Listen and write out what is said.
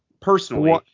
Personally